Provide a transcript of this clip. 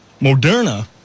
Moderna